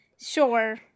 sure